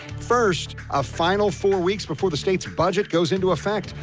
first a final four weeks before the state's budget goes into effect.